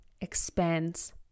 expands